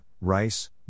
Rice